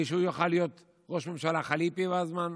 שהוא יוכל להיות ראש ממשלה חליפי עם הזמן.